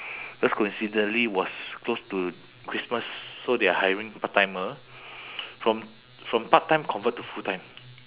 because coincidentally was close to christmas so they are hiring part-timer from from part-time convert to full-time